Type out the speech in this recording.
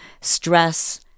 stress